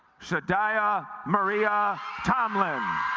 cydia maria tomlin